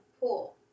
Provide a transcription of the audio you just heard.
pool